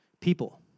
People